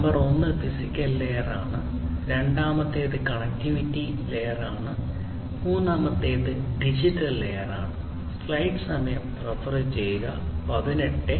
number ഒന്ന് physical layer ആണ് രണ്ടാമത്തേത് കണക്റ്റിവിറ്റി ലെയർ ആണ് മൂന്നാമത്തേത് ഡിജിറ്റൽ ലെയർ ആണ്